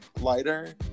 lighter